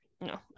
no